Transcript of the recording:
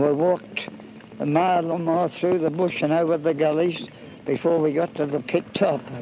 walked a mile or more through the bush and over the gullies before we got to the pit top.